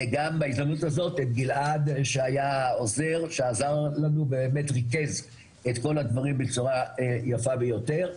גם בהזדמנות הזאת את גלעד שעזר לנו וריכז את כל הדברים בצורה יפה ביותר.